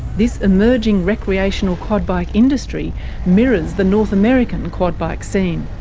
this emerging recreational quad bike industry mirrors the north american quad bike scene.